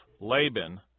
Laban